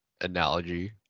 analogy